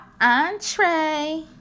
entree